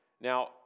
Now